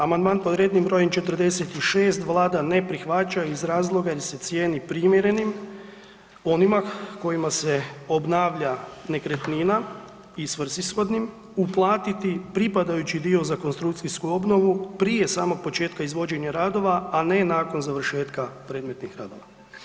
Amandman pod rednim br. 46. vlada ne prihvaća iz razloga jer se cijeni primjerenim onima kojima se obnavlja nekretnina i svrsishodnim uplatiti pripadajući dio za konstrukcijsku obnovu prije samog početka izvođenja radova, a ne nakon završetka predmetnih radova.